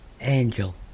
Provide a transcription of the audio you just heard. angel